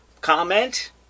comment